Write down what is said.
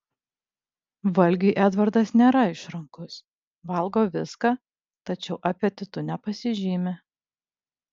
valgiui edvardas nėra išrankus valgo viską tačiau apetitu nepasižymi